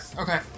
okay